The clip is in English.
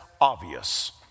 obvious